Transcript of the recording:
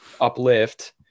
uplift